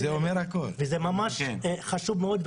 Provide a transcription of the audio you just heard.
וזה ממש חשוב מאוד.